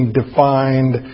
defined